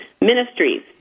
ministries